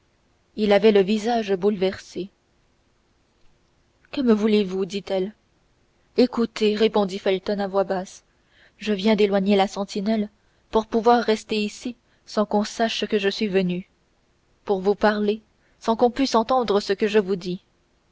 il avait le visage bouleversé que me voulez-vous dit-elle écoutez répondit felton à voix basse je viens d'éloigner la sentinelle pour pouvoir rester ici sans qu'on sache que je suis venu pour vous parler sans qu'on puisse entendre ce que je vous dis